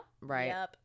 Right